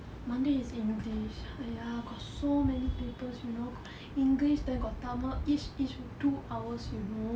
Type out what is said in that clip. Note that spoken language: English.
monday is english !haiya! got so many papers you know english then got tamil each each for two hours you know